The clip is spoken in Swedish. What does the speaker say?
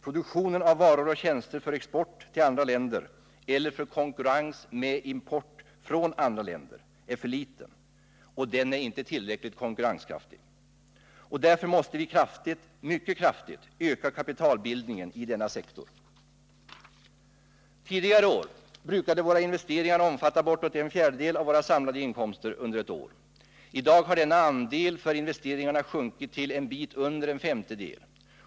Produktionen av varor och tjänster för export till andra länder eller för konkurrens med import från andra länder är för liten, och den är inte tillräckligt konkurrenskraftig. Därför måste vi kraftigt — mycket kraftigt — öka kapitalbildningen inom denna sektor. Tidigare år brukade våra investeringar omfatta bortåt en fjärdedel av våra samlade inkomster under ett år. I dag har denna andel för investeringarna sjunkit till en bit under en femtedel.